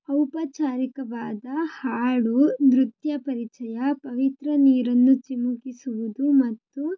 ಔಪಚಾರಿಕವಾದ ಹಾಡು ನೃತ್ಯ ಪರಿಚಯ ಪವಿತ್ರ ನೀರನ್ನು ಚಿಮುಕಿಸುವುದು ಮತ್ತು